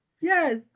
Yes